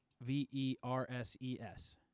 V-E-R-S-E-S